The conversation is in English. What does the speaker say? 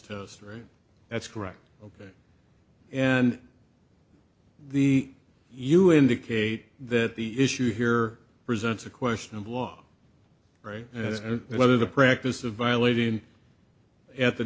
test right that's correct ok and the you indicate that the issue here presents a question of law right and whether the practice of violating at the